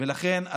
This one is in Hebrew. ולכן,